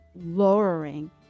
lowering